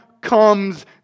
comes